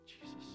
Jesus